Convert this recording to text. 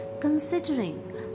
considering